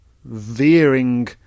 veering